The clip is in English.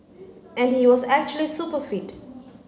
and he was actually super fit